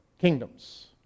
kingdoms